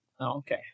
okay